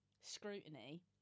scrutiny